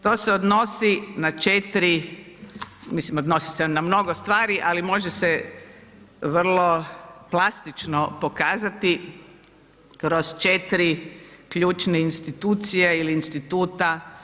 To se odnosi na 4, mislim odnosi se na mnogo stvari, ali može se vrlo plastično pokazati kroz 4 ključne institucije ili instituta.